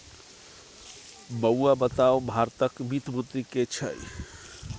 बौआ बताउ भारतक वित्त मंत्री के छै?